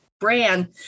brand